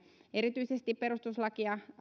erityisesti perustuslakia